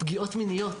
פגיעות מיניות